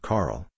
Carl